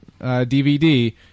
DVD